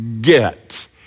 get